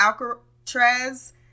Alcatraz